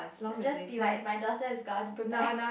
it'll just be like my daughter is gone goodbye